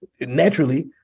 naturally